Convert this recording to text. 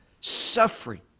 suffering